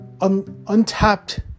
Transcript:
untapped